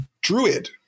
druid